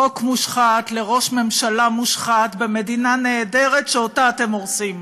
חוק מושחת לראש ממשלה מושחת במדינה נהדרת שאותה אתם הורסים.